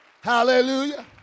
Hallelujah